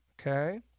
Okay